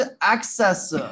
access